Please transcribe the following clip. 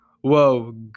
Whoa